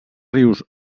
rius